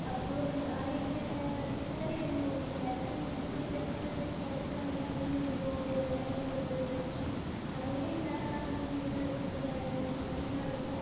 അപ്പോൾ ആദ്യമായിട്ട് ഞാൻ ചിക്കൻ കറി ആയിരുന്നു നോക്കിയിട്ടുണ്ടായിരുന്നത് അത് യൂട്യൂബിൽ ജസ്റ്റ് ഒരു ഷോർട്ട്സ് കണ്ടിട്ട് അതിൻ്റെ വീഡിയോ ഫുൾ ലിങ്ക് കൊടുത്തു നോക്കി അങ്ങനെ ഉണ്ടാക്കാൻ നോക്കിയൊരു ഫുഡ്ഡാണ് ചിക്കൻ കറി എന്നു പറയുമ്പോൾ